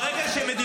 טוב, בבקשה.